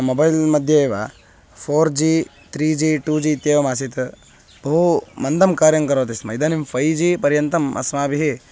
mobile मध्ये एव four G three G two G इत्येवमासीत् बहु मन्दं कार्यं करोति स्म इदानीं फ़ै जि पर्यन्तम् अस्माभिः